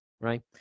Right